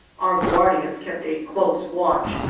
our guardias kept a close watch.